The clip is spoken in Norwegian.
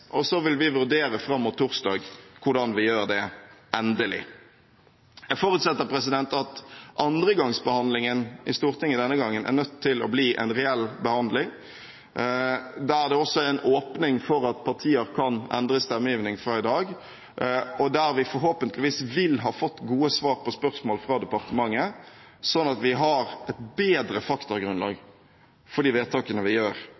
og så vil vi vurdere fram mot torsdag hvordan vi gjør det endelig. Jeg forutsetter at andregangsbehandlingen i Stortinget denne gangen er nødt til å bli en reell behandling, hvor det også blir en åpning for at partier kan endre stemmegivning sammenliknet med i dag, og hvor vi forhåpentligvis vil ha fått gode svar på spørsmål til departementet, sånn at vi har et bedre faktagrunnlag for de vedtakene vi gjør